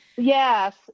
Yes